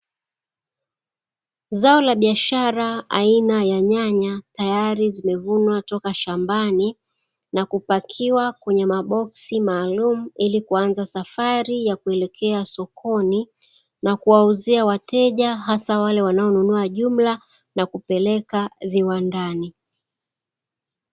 Zao la biashara aina ya nyanya, tayari zimevunwa toka shambani na kupakiwa kwenye maboksi maalumu ili kuanza safari ya kuelekea sokoni na kuwauzia wateja hasa wale wanaonunua jumla na kupeleka viwandani.